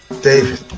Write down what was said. David